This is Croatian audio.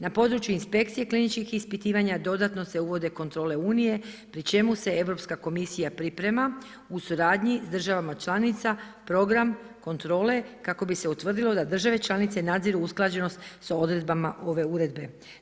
Na području inspekcije kliničkih ispitivanja dodatno se uvode kontrole unije pri čemu se Europska komisija priprema u suradnji s državama članica program, kontrole, kako bi se utvrdilo da države članice nadziru usklađenost sa odredbama ove uredbe.